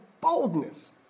boldness